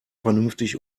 vernünftig